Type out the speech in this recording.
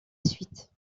suite